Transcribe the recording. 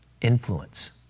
influence